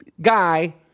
guy